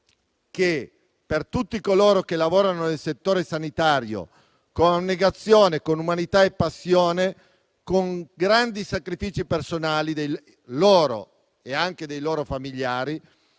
però per tutti coloro che lavorano nel settore sanitario con abnegazione, umanità, passione, con grandi sacrifici personali propri dei loro familiari